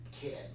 kid